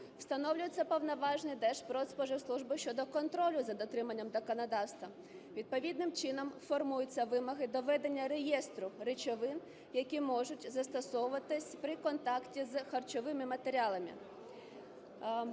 Встановлюються повноваження Держпродспоживслужби щодо контролю за дотриманням законодавства. Відповідним чином формуються вимоги доведення реєстру речовин, які можуть застосовуватися при контакті з харчовими матеріалами.